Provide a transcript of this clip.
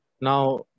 Now